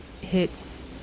hits